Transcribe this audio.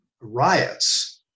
riots